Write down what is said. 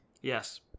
Yes